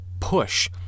push